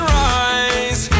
rise